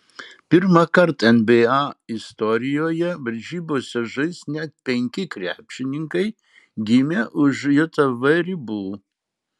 pirmąkart nba istorijoje varžybose žais net penki krepšininkai gimę už jav ribų